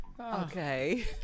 Okay